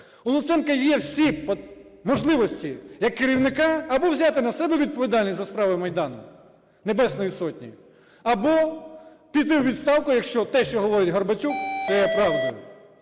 У Луценка є всі можливості як керівника або взяти на себе відповідальність за справи Майдану, Небесної Сотні, або піти у відставку, якщо те, що говорить Горбатюк, це є правдою.